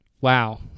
Wow